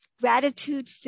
Gratitude